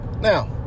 now